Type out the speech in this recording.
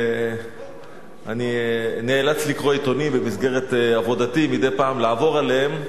אני נאלץ לקרוא עיתונים במסגרת עבודתי ומדי פעם לעבור עליהם,